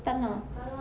tak nak